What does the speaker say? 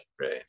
Right